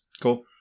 Cool